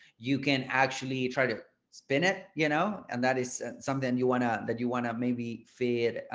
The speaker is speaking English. you can actually try to spin it, you know, and that is something you want to that you want to maybe fear.